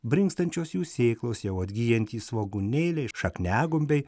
brinkstančios jų sėklos jau atgyjantys svogūnėliai šakniagumbiai